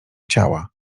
ciała